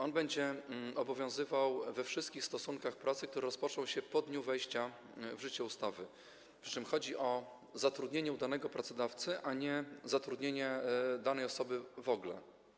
On będzie obowiązywał we wszystkich stosunkach pracy, które rozpoczną się po dniu wejścia w życie ustawy, przy czym chodzi o zatrudnienie u danego pracodawcy a nie o zatrudnienie danej osoby w ogóle.